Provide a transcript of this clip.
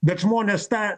bet žmonės tą